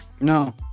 No